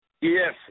Yes